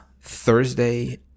Thursday